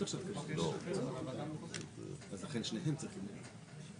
אז מה שאנחנו מציעים זה רק ביחס לתוכניות שהן מעל 500 יחידות דיור.